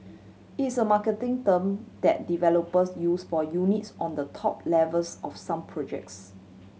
it's a marketing term that developers use for units on the top levels of some projects